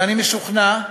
ואני משוכנע,